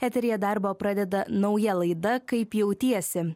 eteryje darbą pradeda nauja laida kaip jautiesi